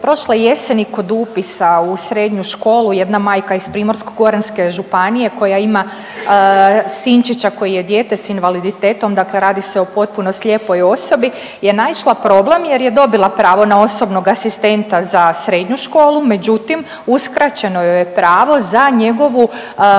prošle jeseni kod upisa u srednju školu jedna majka iz Primorsko-goranske županije koja ima sinčića koji je dijete s invaliditetom, dakle radi se o potpuno slijepoj osobi je naišla na problem jer je dobila pravo na osobnog asistenta za srednju školu, međutim uskraćeno joj je pravo za njegovu